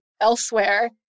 elsewhere